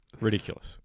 Ridiculous